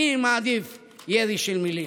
אני מעדיף ירי של מילים.